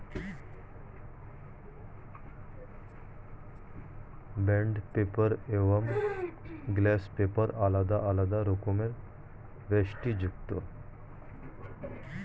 bond paper এবং gloss paper আলাদা আলাদা রকমের বৈশিষ্ট্যযুক্ত